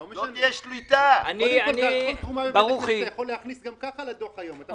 כל תרומה לבית כנסת אתה יכול להכניס גם כך לדוח היום.